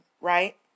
Right